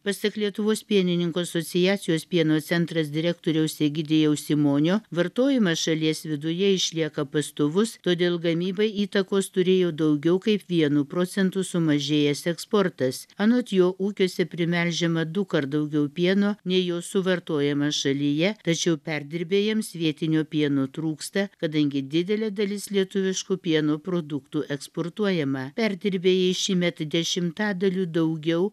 pasak lietuvos pienininkų asociacijos pieno centras direktoriaus egidijaus simonio vartojimas šalies viduje išlieka pastovus todėl gamybai įtakos turėjo daugiau kaip vienu procentu sumažėjęs eksportas anot jo ūkiuose primelžiama dukart daugiau pieno nei jo suvartojama šalyje tačiau perdirbėjams vietinio pieno trūksta kadangi didelė dalis lietuviškų pieno produktų eksportuojama perdirbėjai šįmet dešimtadaliu daugiau